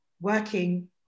working